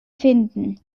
finden